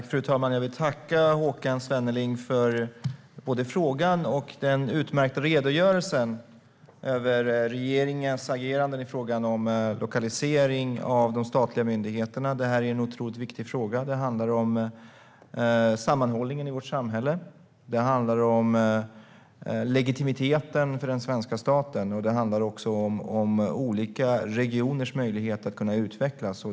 Fru talman! Jag tackar Håkan Svenneling för både frågan och den utmärkta redogörelsen för regeringens agerande i frågan om lokalisering av de statliga myndigheterna. Det här är en otroligt viktigt fråga. Det handlar om sammanhållningen i vårt samhälle. Det handlar om legitimiteten för den svenska staten. Det handlar också om olika regioners möjligheter att utvecklas.